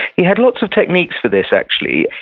he had lots of techniques for this, actually.